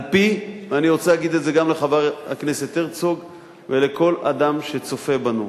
ואני רוצה להגיד את זה גם לחבר הכנסת הרצוג ולכל אדם שצופה בנו,